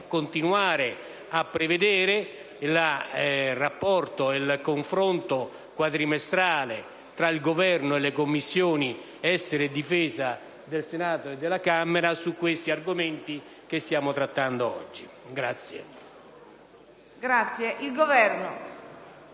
continuare a prevedere il rapporto e il confronto quadrimestrale tra Governo e Commissioni affari esteri e difesa del Senato e della Camera sugli argomenti che stiamo trattando oggi.